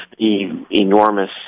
enormous